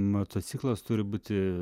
motociklas turi būti